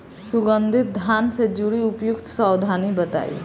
सुगंधित धान से जुड़ी उपयुक्त सावधानी बताई?